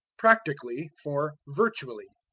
practically for virtually.